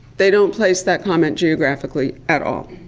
they don't place that comment geographically at all,